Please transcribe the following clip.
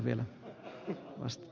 herra puhemies